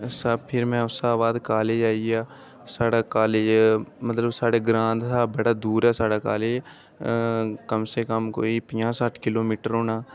सब फिर मैं उस दे बाद कालेज आई आ साढ़ा कालेज मतलब साढ़ा ग्रांऽ दा बड़ा दूर ऐ साढ़ा कालेज कम से कम कोई पंजाह् सट्ठ किलोमीटर होना